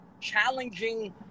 challenging